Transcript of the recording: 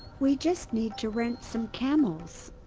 we just need to rent some camels.